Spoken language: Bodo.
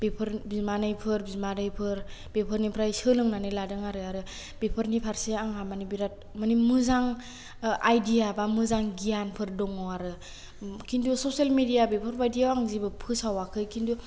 बेफोर बिमानैफोर बिमादैफोर बेफोरनिफ्राय सोलोंनानै लादों आरो आरो बेफोरनि फारसे आंहा माने बिराद माने मोजां आइदिया बा मोजां गियानफोर दङ आरो खिन्थु ससियेल मेडिया बेफोरबायदियाव आं जेबो फोसावाखै खिन्थु